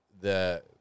the-